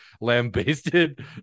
lambasted